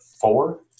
Four